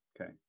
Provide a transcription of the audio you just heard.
okay